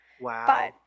Wow